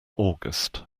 august